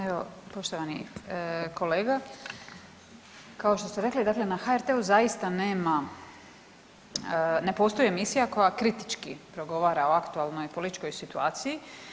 Evo poštovani kolega kao što ste rekli dakle na HRT-u zaista nema, ne postoji emisija koja kritički progovara o aktualnoj političkoj situaciji.